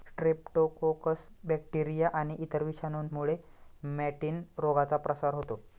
Streptococcus bacteria आणि इतर विषाणूंमुळे मॅटिन रोगाचा प्रसार होतो